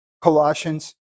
Colossians